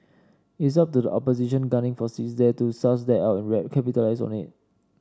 it's up to the opposition gunning for seats there to suss that out and capitalise on it